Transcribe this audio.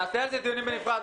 נעשה על זה דיון נפרד.